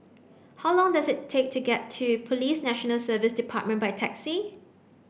How long does it take to get to Police National Service Department by taxi